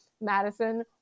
madison